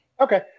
Okay